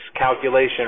calculation